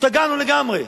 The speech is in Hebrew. השתגענו לגמרי,